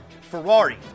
Ferrari